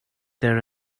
there